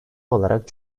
olarak